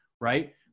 right